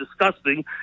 disgusting